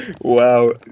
Wow